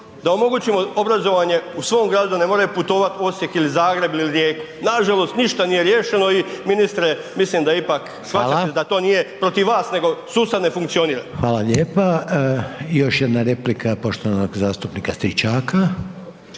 da omogućimo obrazovanje u svom gradu da ne moraju putovati u Osijek ili u Zagreb ili u Rijeku? Nažalost ništa nije riješeno i ministre mislim da ipak shvaćate da to nije protiv vas nego sustav ne funkcionira. **Reiner, Željko (HDZ)** Hvala lijepa. I još jedna replika poštovanog zastupnika Stričaka.